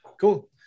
Cool